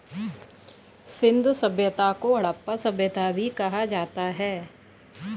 सिंधु सभ्यता को हड़प्पा सभ्यता भी कहा जाता है